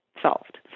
solved